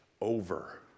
over